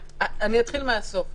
אתחיל מן הסוף.